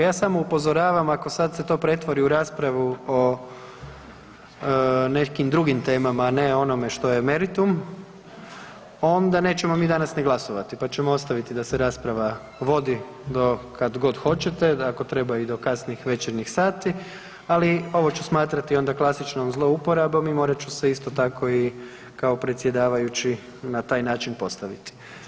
Ja samo upozoravam ako sad se to pretvori u raspravu o nekim drugim temama, a ne o onome što je meritum onda nećemo mi danas ni glasovati, pa ćemo ostaviti da se rasprava vodi do kad hoćete, da ako treba i do kasnih večernjih sati, ali ovo ću smatrati onda klasičnom zlouporabom i morat ću se isto tako i kao predsjedavajući na taj postaviti.